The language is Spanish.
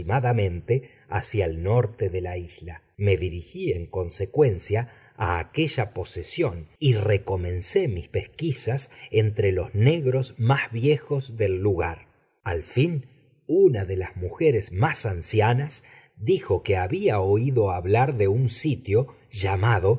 hacia el norte de la isla me dirigí en consecuencia a aquella posesión y recomencé mis pesquisas entre los negros más viejos del lugar al fin una de las mujeres más ancianas dijo que había oído hablar de un sitio llamado